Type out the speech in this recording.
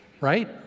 right